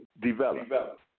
develop